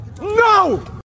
No